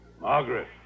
Margaret